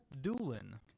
Doolin